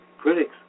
Critics